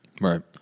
right